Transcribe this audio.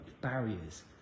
barriers